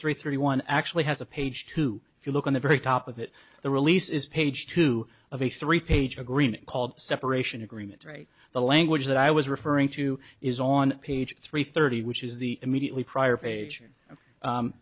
three thirty one actually has a page two if you look on the very top of it the release is page two of a three page agreement called separation agreement rate the language that i was referring to is on page three thirty which is the immediately prior page